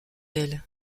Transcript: elle